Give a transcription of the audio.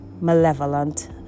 malevolent